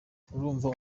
urumva